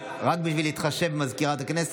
רק בשביל להתחשב בסגנית המזכיר,